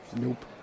Nope